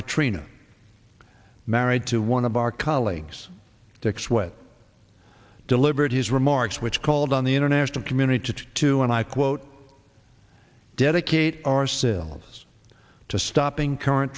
katrina married to one of our colleagues dixwell it delivered his remarks which called on the international community to try to and i quote dedicate ourselves to stopping current